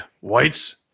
whites